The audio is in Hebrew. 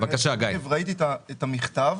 ראיתי את המכתב.